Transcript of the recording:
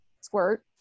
squirt